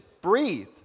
breathe